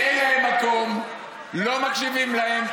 לא מקשיבים להם.